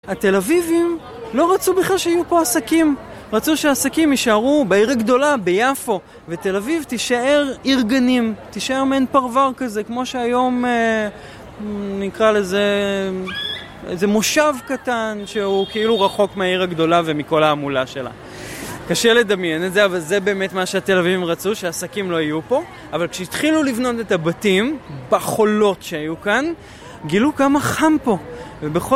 התל אביבים לא רצו בכלל שיהיו פה עסקים, רצו שהעסקים יישארו בעיר הגדולה, ביפו, ותל אביב תישאר עיר גנים, תישאר מין פרוור כזה, כמו שהיום נקרא לזה, איזה מושב קטן שהוא כאילו רחוק מהעיר הגדולה ומכל העמולה שלה, קשה לדמיין את זה, אבל זה באמת מה שהתל אביבים רצו, שהעסקים לא היו פה, אבל כשהתחילו לבנות את הבתים, בחולות שהיו כאן, גילו כמה חם פה, ובכל..